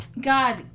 God